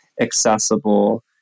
accessible